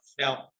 Now